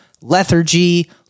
lethargy